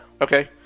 okay